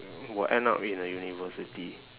will end up in a university